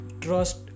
trust